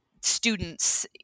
students